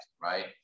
right